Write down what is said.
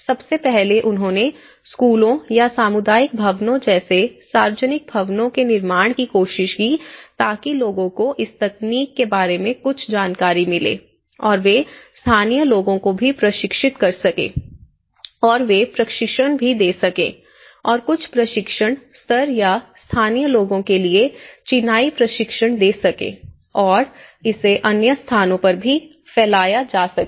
सबसे पहले उन्होंने स्कूलों या सामुदायिक भवनों जैसे सार्वजनिक भवनों के निर्माण की कोशिश की ताकि लोगों को इस तकनीक के बारे में कुछ जानकारी मिले और वे स्थानीय लोगों को भी प्रशिक्षित कर सकें और वे प्रशिक्षण भी दे सकें कुछ प्रशिक्षण सत्र या स्थानीय लोगों के लिए चिनाई प्रशिक्षण दे सकें और इसे अन्य स्थानों पर भी फैलाया जा सके